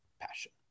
passion